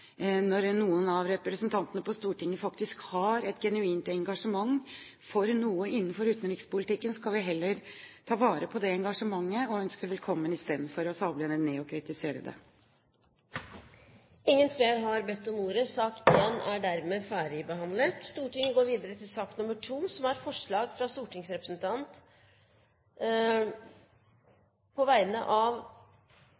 Når noen av representantene på Stortinget faktisk har et genuint engasjement for noe innenfor utenrikspolitikken, skal vi ta vare på det engasjementet og ønske det velkommen i stedet for å sable det ned og kritisere det. Flere har ikke bedt om ordet til sak